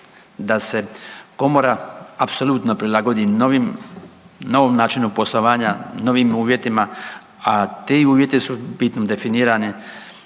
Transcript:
da se komora apsolutno prilagodi novim, novom načinu poslovanja, novim uvjetima, a ti uvjeti su bitno definirani